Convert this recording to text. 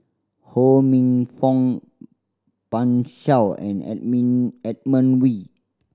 Ho Minfong Pan Shou and Edmund Wee